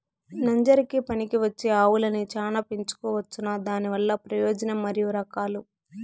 నంజరకి పనికివచ్చే ఆవులని చానా పెంచుకోవచ్చునా? దానివల్ల ప్రయోజనం మరియు రకాలు?